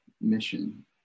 mission